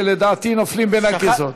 שלדעתי נופלים בין הכיסאות.